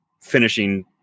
finishing